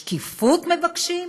שקיפות מבקשים?